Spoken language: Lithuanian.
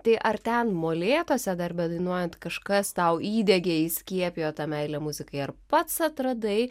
tai ar ten molėtuose dar bedainuojant kažkas tau įdiegė įskiepijo tą meilę muzikai ar pats atradai